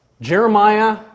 Jeremiah